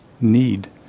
need